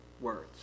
words